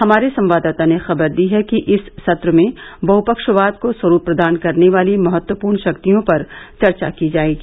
हमारे संवाददाता ने खबर दी है कि इस सत्र में बहपक्षवाद को स्वरूप प्रदान करने वाली महत्वपूर्ण शक्तियों पर चर्चा की जायेगी